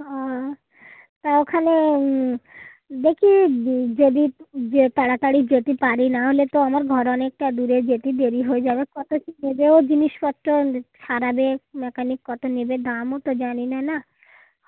ও তা ওখানে দেখি যেদি যে তাড়াতাড়ি যেতে পারি নাহলে তো আমার ঘর অনেকটা দূরে যেতি দেরী হয়ে যাবে কতো কী নেবো জিনিসপত্র সারাবে মেকানিক কতো নেবে দামও তো জানি না না